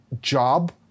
job